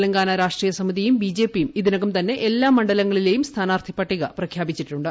തെലങ്കാന രാഷ്ട്രസമിതിയും B J P യും ഇതിനകം തന്നെ എല്ലാ മണ്ഡലങ്ങളിലേയും സ്ഥാനാർത്ഥിപട്ടിക പ്രഖ്യാപിച്ചിട്ടുണ്ട്